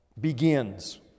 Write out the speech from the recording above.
begins